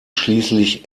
schließlich